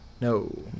No